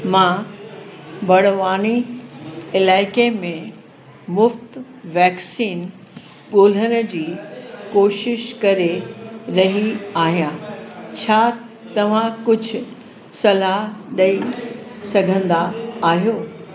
मां बड़वानी इलाइक़े में मुफ़्त वैक्सीन ॻोल्हण जी कोशिश करे रही आहियां छा तव्हां कुझु सलाह ॾई सघंदा आहियो